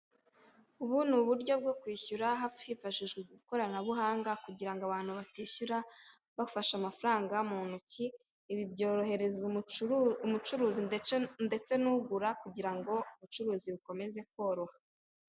Ubu ni uburyo bwo kwishyura hifashishijwe ikoranabuhanga kugira ngo abantu batishyura bafashe amafaranga mu ntoki, ibi byorohereza umucuruzi ndetse n'ugura kugira ngo ubucuruzi bukomeze koroha.